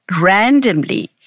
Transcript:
randomly